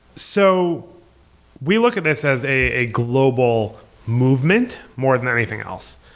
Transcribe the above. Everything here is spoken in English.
so we look at this as a global movement more than anything else.